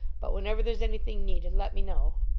but whenever there's anything needed, let me know.